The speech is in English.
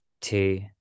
two